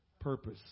purpose